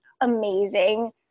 amazing